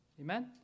Amen